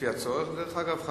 דרך אגב,